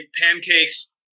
pancakes